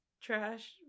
trash